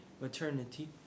maternity